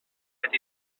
fet